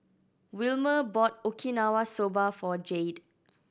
Wilmer bought Okinawa Soba for Jayde